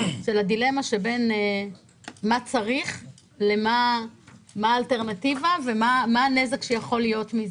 על הדילמה בין מה שצריך ובין מה האלטרנטיבה ומה הנזק שיכול להיות מזה.